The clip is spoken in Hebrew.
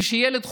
כשילד חולה,